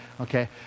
Okay